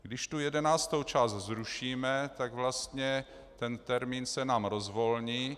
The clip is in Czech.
Když tu 11. část zrušíme, tak vlastně ten termín se nám rozvolní.